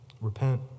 Repent